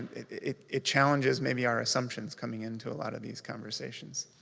it it challenges maybe our assumptions coming into a lot of these conversations.